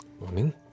Morning